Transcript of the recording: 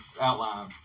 outline